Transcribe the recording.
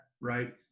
right